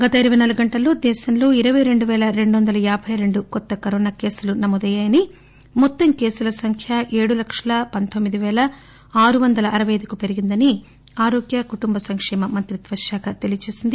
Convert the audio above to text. గత ఇరవై నాలుగు గంటల్లో దేశంలో ఇరవై రెండు పేల రెండు వందల యాబై రెండుకొత్త కరోనా కేసులు నమోదయ్యాయని మొత్తం కేసుల సంఖ్య ఏడు లక్షల పందోమ్మిది పేల ఆరు వందల అరపై అయిదుకు పెరిగిందని ఆరోగ్య కుటుంబసంకేమ మంత్రిత్యశాఖ తెలియజేసింది